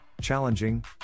challenging